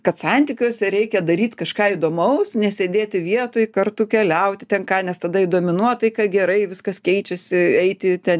kad santykiuose reikia daryt kažką įdomaus nesėdėti vietoj kartu keliauti ten ką nes tada įdomi nuotaika gerai viskas keičiasi eiti ten